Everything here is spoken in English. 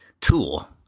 Tool